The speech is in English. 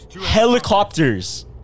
helicopters